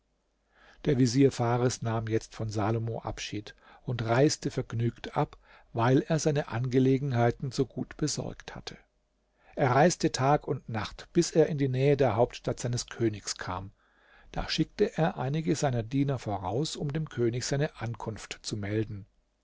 der vezier fares nahm jetzt von salomo abschied und reiste vergnügt ab weil er seine angelegenheiten so gut besorgt hatte er reiste tag und nacht bis er in die nähe der hauptstadt seines königs kam da schickte er einige seiner diener voraus um dem könig seine ankunft zu melden